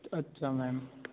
अच्छा मैम